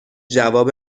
جواب